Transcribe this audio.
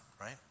right